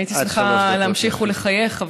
הייתי שמחה להמשיך ולחייך,